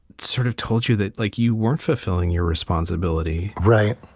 sort of told you that, like you weren't fulfilling your responsibility. right.